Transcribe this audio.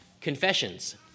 confessions